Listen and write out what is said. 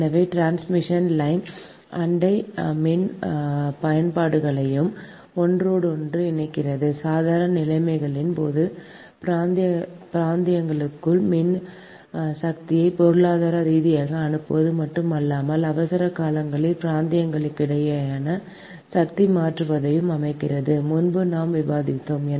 எனவே transmission line அண்டை மின் பயன்பாடுகளையும் ஒன்றோடொன்று இணைக்கிறது சாதாரண நிலைமைகளின் போது பிராந்தியங்களுக்குள் மின்சக்தியை பொருளாதார ரீதியாக அனுப்புவது மட்டுமல்லாமல் அவசர காலங்களில் பிராந்தியங்களுக்கிடையேயான சக்தியை மாற்றுவதையும் அனுமதிப்பதற்கு முன்பு நாம் விவாதித்தோம்